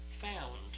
Found